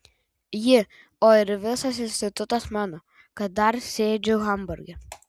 ji o ir visas institutas mano kad dar sėdžiu hamburge